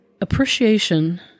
Appreciation